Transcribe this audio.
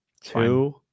two